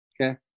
Okay